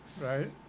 right